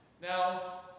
Now